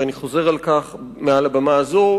ואני חוזר על כך מעל הבמה הזאת,